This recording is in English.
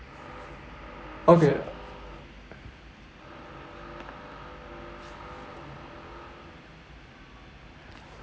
okay